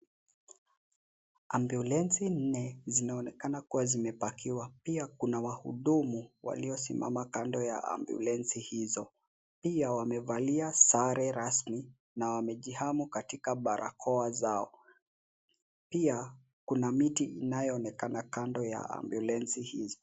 Ambulensi nne zinaonekana kuwa zimepakiwa pia kuna wahudumu waliosimama kando ya ambulensi hizo. Pia wamevalia sare rasmi na wamejihami katika barakoa zao. Pia kuna miti inayoonekana kando ya ambulensi hizo.